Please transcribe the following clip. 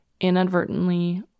inadvertently